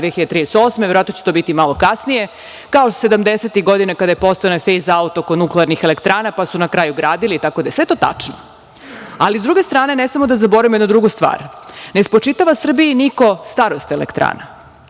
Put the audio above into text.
mislim da će to biti malo kasnije, kao 70. tih godina kada je postojala onaj fejz aut oko nuklearnih elektrana, pa su na kraju gradili, i sve je to tačno. Ali, sa druge strane, ne smemo da zaboravimo jednu drugu stvar. Ne spočitava Srbiji niko starost elektrana,